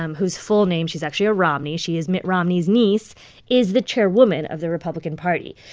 um whose full name she's actually a romney. she is mitt romney's niece is the chairwoman of the republican party.